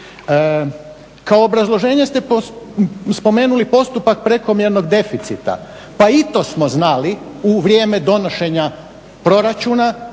Kao obrazloženje ste spomenuli postupak prekomjernog deficita. Pa i to smo znali u vrijeme donošenja proračuna